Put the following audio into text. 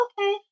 okay